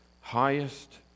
highest